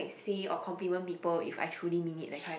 say or compliment people if I truly meet it that kind of